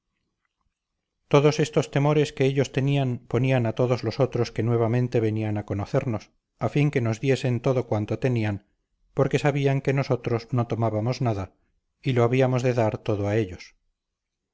todos estos temores que ellos tenían ponían a todos los otros que nuevamente venían a conocernos a fin que nos diesen todo cuanto tenían porque sabían que nosotros no tomábamos nada y lo habíamos de dar todo a ellos